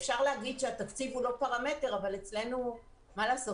אפשר להגיד שהתקציב הוא לא פרמטר אבל אצלנו מה לעשות,